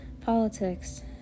politics